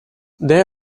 they